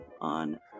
on